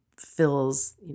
fills